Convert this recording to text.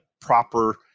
proper